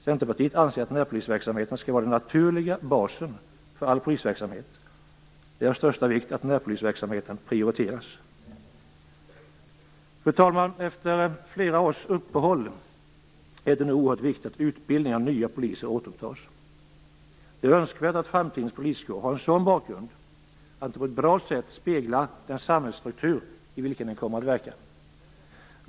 Centerpartiet anser att närpolisverksamheten skall vara den naturliga basen för all polisverksamhet. Det är av största vikt att den prioriteras. Fru talman! Det oerhört viktigt att utbildning av nya poliser nu återupptas efter flera års uppehåll. Det är önskvärt att framtidens poliskår har en sådan bakgrund att den på ett bra sätt seglar den samhällsstruktur i vilken den kommer att verka.